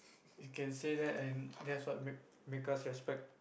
you can say that and that's what make make us respect